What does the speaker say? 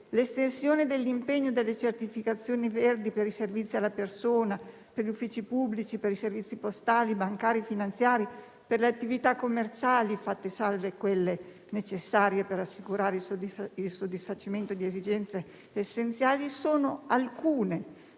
l'estensione dell'impegno delle certificazioni verdi per i servizi alla persona, per gli uffici pubblici, per i servizi postali, bancari, finanziari, per le attività commerciali (fatte salve quelle necessarie per assicurare il soddisfacimento di esigenze essenziali) sono alcune